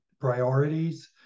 priorities